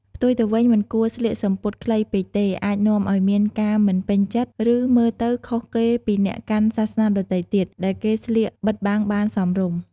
ផ្ទុយទៅវិញមិនគួរស្លៀកសំពត់ខ្លីពេកទេ អាចនាំឱ្យមានការមិនពេញចិត្តឫមើលទៅខុសគេពីអ្នកកាន់សាសនាដទែទៀត ដែលគេស្លៀកបិទបាំងបានសមរម្យ។